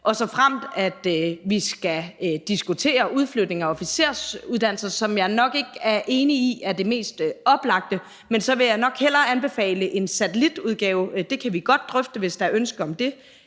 og såfremt vi skal diskutere udflytning af officersuddannelsen, hvilket jeg nok ikke er enig i er det mest oplagte, vil jeg nok hellere anbefale en satellitudgave – det kan vi godt drøfte, hvis der er ønske om det